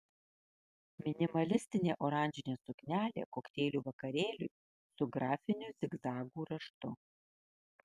minimalistinė oranžinė suknelė kokteilių vakarėliui su grafiniu zigzagų raštu